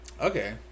Okay